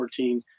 2014